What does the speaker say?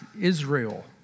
Israel